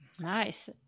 Nice